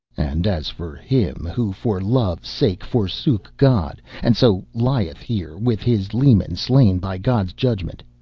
and as for him who for love's sake forsook god, and so lieth here with his leman slain by god's judgment,